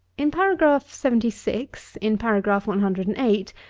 in paragraph seventy six, in paragraph one hundred and eight,